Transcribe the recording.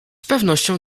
pewnością